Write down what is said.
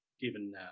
given